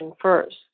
first